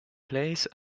place